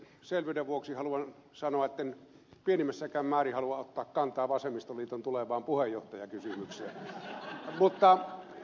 selvyyden vuoksi haluan sanoa etten pienimmässäkään määrin halua ottaa kantaa vasemmistoliiton tulevaan puheenjohtajakysymykseen